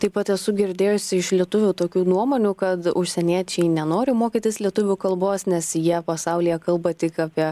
taip pat esu girdėjusi iš lietuvių tokių nuomonių kad užsieniečiai nenori mokytis lietuvių kalbos nes ja pasaulyje kalba tik apie